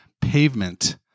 Pavement